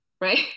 right